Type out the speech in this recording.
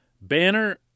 Banner